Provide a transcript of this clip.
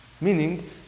Meaning